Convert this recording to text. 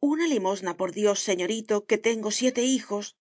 una limosna por dios señorito que tengo siete hijos